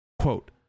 Quote